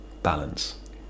Balance